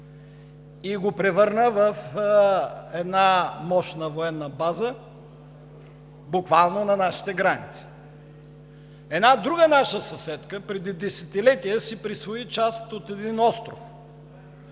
и го превърна в мощна военна база буквално на нашите граници. Една друга наша съседна държава преди десетилетия си присвои част от един остров